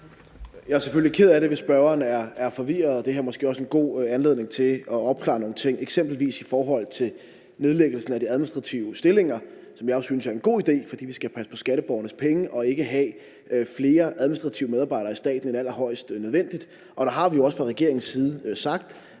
selvfølgelig ked af det, hvis spørgeren er forvirret. Det her er måske også en god anledning til at opklare nogle ting, eksempelvis i forhold til nedlæggelsen af de administrative stillinger, som jeg også synes er en god idé, fordi vi skal passe på skatteborgernes penge og ikke have flere administrative medarbejdere i staten end allerhøjst nødvendigt. Der har vi jo også fra regeringens side sagt,